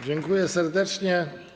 Dziękuję serdecznie.